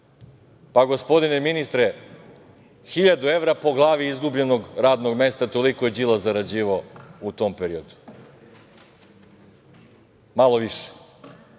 Pa gospodine ministre, hiljadu evra po glavi izgubljenog radnog mesta, toliko je Đilas zarađivao u tom periodu, malo više,